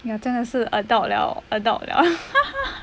ya 真的是 adult 了 adult 了